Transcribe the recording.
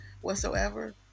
whatsoever